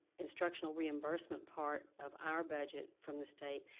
instructional reimbursement part of our budget from the state,